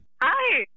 Hi